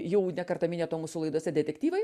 jau ne kartą minėto mūsų laidose detektyvai